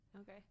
okay